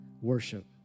worship